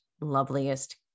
loveliest